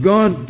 God